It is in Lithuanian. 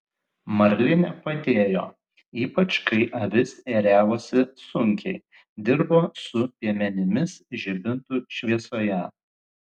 marlinė padėjo ypač kai avis ėriavosi sunkiai dirbo su piemenimis žibintų šviesoje